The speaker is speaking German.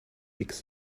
nix